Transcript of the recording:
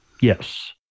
Yes